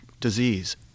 disease